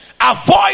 avoid